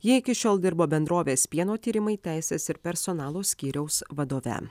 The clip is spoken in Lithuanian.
jie iki šiol dirbo bendrovės pieno tyrimai teisės ir personalo skyriaus vadove